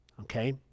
okay